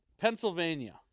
Pennsylvania